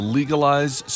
legalize